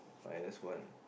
minus one